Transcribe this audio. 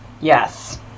Yes